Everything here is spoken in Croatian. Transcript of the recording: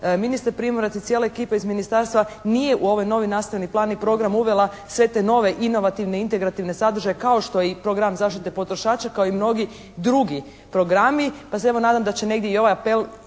ministar Primorac i cijela ekipa iz ministarstva nije u ovaj novi nastavni plan i program uvela sve te nove inovativne, integrativne sadržaje kao što je i program zaštite potrošača kao i mnogi drugi programi